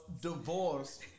divorce